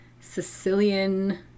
Sicilian